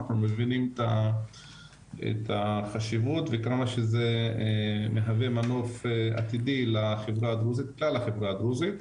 אנחנו מבינים את החשיבות וכמה שזה מהווה מנוף עתידי לכלל החברה הדרוזית.